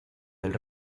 del